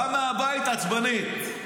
בעל הבית עצבני.